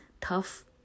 tough